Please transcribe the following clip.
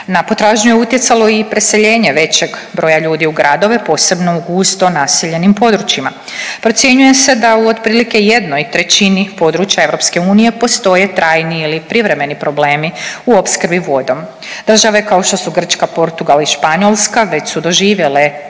Na potražnju je utjecalo i preseljenje većeg broja ljudi u gradove posebno u gusto naseljenim područjima. Procjenjuje se da u otprilike 1/3 područja EU postoje trajni ili privremeni problemi u opskrbi vodom. Države kao što su Grčka, Portugal i Španjolska već su doživjele